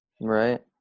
Right